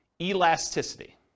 Elasticity